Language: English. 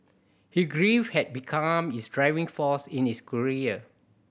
his grief had become his driving force in his career